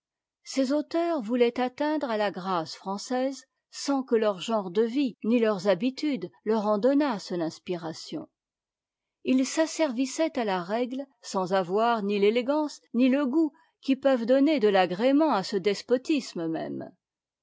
ces auteurs voulaient atteindre à la grâce française sans que leur genre de vie ni leurs habitudes leur en donnassent l'inspiration ils s'asservissaient à la règle sans avoir ni l'élégance ni le goût qui peuvent donner de l'agrément à ce despotisme même